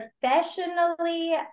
professionally